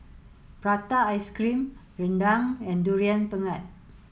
Prata Ice cream Rendang and durian pengat